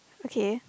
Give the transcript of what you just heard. okay